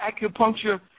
acupuncture